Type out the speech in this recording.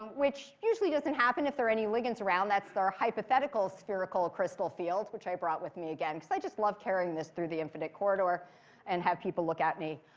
which usually doesn't happen if there are any ligands around. that's their hypothetical spherical crystal field, which i brought with me again. because i just love carrying this through the infinite corridor and have people look at me.